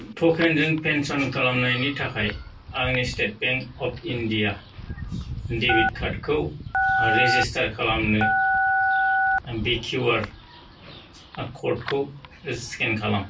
टकेनजों pension खालामनायनि थाखाय आंनि state bank of India debit कार्डखौ रेजिस्टार खालामनो बे किउआर कडखौ स्केन खालाम